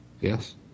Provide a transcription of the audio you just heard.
yes